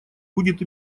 будет